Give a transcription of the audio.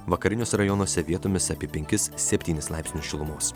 vakariniuose rajonuose vietomis apie penkis septynis laipsnius šilumos